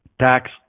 Tax